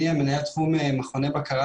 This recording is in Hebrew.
מטה הפלקל במנהל התכנון היה תחת משרד הפנים,